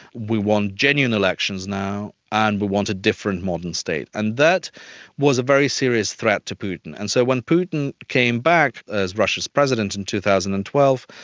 we want genuine elections now and we want a different modern state. and that was a very serious threat to putin. and so when putin came back as russia's president in two thousand and twelve,